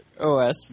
OS